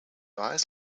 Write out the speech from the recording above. eyes